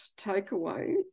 takeaway